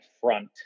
front